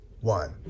one